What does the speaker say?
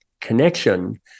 connection